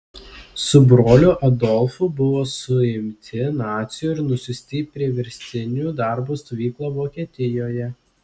su broliu adolfu buvo suimti nacių ir nusiųsti į priverstinių darbų stovyklą vokietijoje